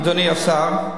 אדוני השר,